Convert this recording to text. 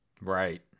Right